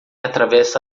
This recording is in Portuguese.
atravessa